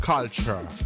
Culture